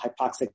hypoxic